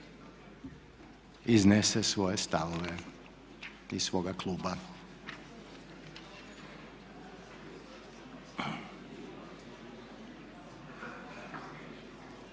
iznese svoje stavove i svoga kluba.